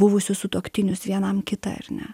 buvusius sutuoktinius vienam kitą ar ne